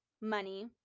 money